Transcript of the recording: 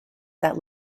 that